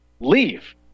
leave